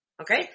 okay